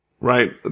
right